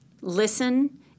Listen